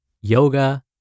yoga